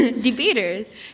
debaters